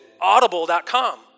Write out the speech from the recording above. audible.com